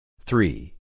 Three